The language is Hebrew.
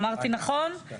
אמרתי נכון?